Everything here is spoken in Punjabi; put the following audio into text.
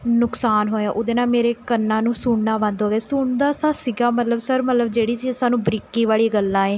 ਨੁਕਸਾਨ ਹੋਇਆ ਉਹਦੇ ਨਾਲ਼ ਮੇਰੇ ਕੰਨਾਂ ਨੂੰ ਸੁਣਨਾ ਬੰਦ ਹੋ ਗਿਆ ਸੁਣਦਾ ਤਾਂ ਸੀਗਾ ਮਤਲਬ ਸਰ ਮਤਲਬ ਜਿਹੜੀ ਚੀਜ਼ ਸਾਨੂੰ ਬਰੀਕੀ ਵਾਲੀ ਗੱਲਾਂ ਏ